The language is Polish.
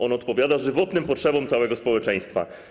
On odpowiada: żywotnym potrzebom całego społeczeństwa.